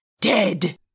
dead